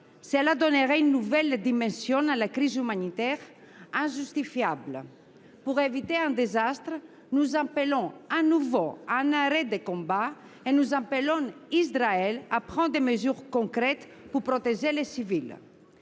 Cela donnerait une nouvelle dimension à une crise humanitaire déjà injustifiable. Pour éviter un désastre, nous appelons de nouveau à un arrêt des combats et nous appelons Israël à prendre des mesures concrètes pour protéger les civils.